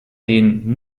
den